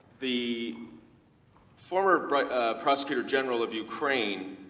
the former prosecutor general of ukraine